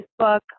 Facebook